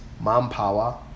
manpower